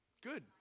Good